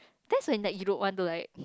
that's when that you don't want to like